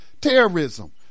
terrorism